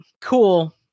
cool